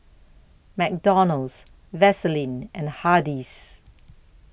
McDonald's Vaseline and Hardy's